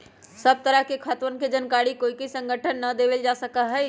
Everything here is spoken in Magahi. सब तरह के खातवन के जानकारी ककोई संगठन के ना देवल जा सका हई